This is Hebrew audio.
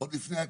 עוד לפני הכסף,